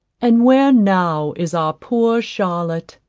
and where now is our poor charlotte?